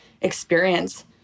experience